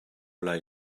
lai